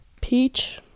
peach